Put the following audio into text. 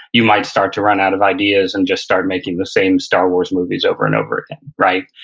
you might start to run out of ideas and just start making the same star wars movies over and over again, right?